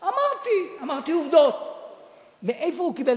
אמרתי, אמרתי עובדות.